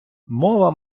мова